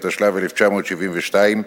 התשל"ב 1972,